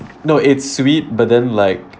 no it's sweet but then like